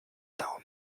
down